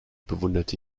bewunderte